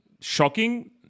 shocking